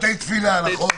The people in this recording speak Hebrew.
בתי תפילה, נכון.